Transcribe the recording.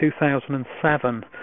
2007